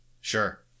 Sure